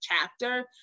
chapter